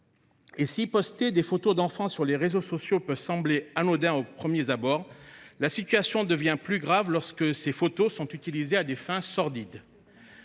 Si poster des photos d’enfants sur les réseaux sociaux peut sembler anodin au premier abord, la situation devient plus grave lorsque ces images sont utilisées à des fins sordides.